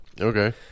Okay